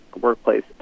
workplace